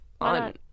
on